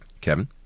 Kevin